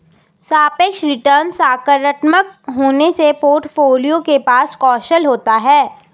सापेक्ष रिटर्न सकारात्मक होने से पोर्टफोलियो के पास कौशल होता है